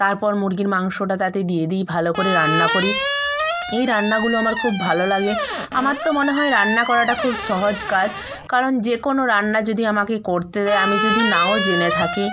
তারপর মুরগির মাংসটা তাতে দিয়ে দিই ভালো করে রান্না করি এই রান্নাগুলো আমার খুব ভালো লাগে আমার তো মনে হয় রান্না করাটা খুব সহজ কাজ কারণ যে কোনো রান্না যদি আমাকে করতে দেয় আমি যদি নাও জেনে থাকি